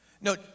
No